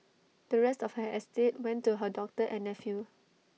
the rest of her estate went to her doctor and nephew